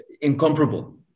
Incomparable